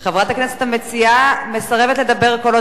חברת הכנסת המציעה מסרבת לדבר כל עוד